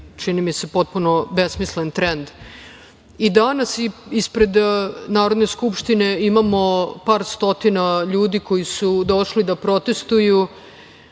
čini mi se, potpuno besmisleni trend. Danas ispred Narodne skupštine imamo par stotina ljudi koji su došli da protestuju